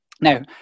Now